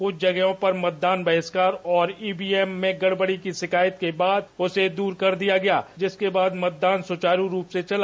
कुछ जगहों पर मतदान बहिष्कार और ईवीएम में गड़बड़ी की शिकायत के बाद उसे दूर कर दिया गया जिसके बाद मतदान सुचारू रूप से चला